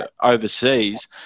overseas